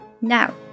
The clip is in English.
Now